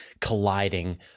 colliding